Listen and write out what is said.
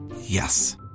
Yes